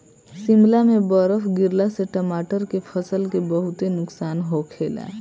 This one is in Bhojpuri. शिमला में बरफ गिरला से टमाटर के फसल के बहुते नुकसान होखेला